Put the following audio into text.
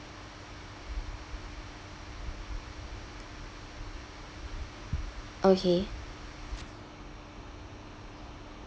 okay